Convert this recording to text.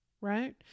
right